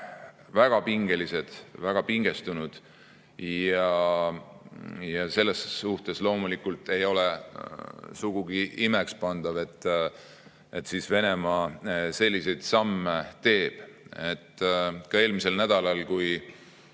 väga pingelised, pingestunud. Selles suhtes loomulikult ei ole sugugi imekspandav, et Venemaa selliseid samme teeb. Ka eelmisel nädalal, kui